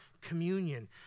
communion